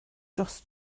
dros